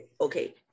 Okay